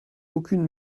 aucune